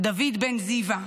דוד בן זיווה,